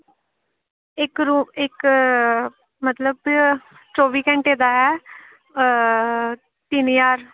इक रूम इक मतलब चौबी घैंटे दा ऐ तिन ज्हार